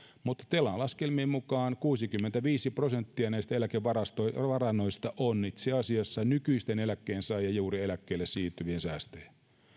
mutta telan laskelmien mukaan kuusikymmentäviisi prosenttia näistä eläkevarannoista eläkevarannoista on itse asiassa nykyisten eläkkeensaajien ja juuri eläkkeelle siirtyvien säästöjä